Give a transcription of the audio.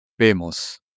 Vemos